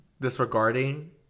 disregarding